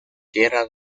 guerra